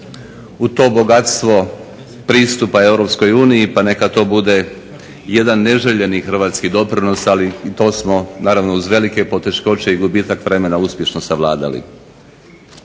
u to bogatstvo pristupa Europskoj uniji pa neka to bude jedan neželjeni hrvatski doprinos, ali i to smo naravno uz velike poteškoće i gubitak vremena uspješno savladali.